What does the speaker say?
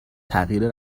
تغییر